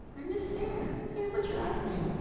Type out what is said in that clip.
i missed sarah, sarah what's your last name?